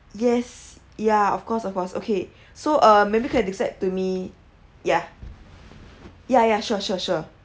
yes ya of course of course okay so uh maybe you can describe to me ya ya ya sure sure sure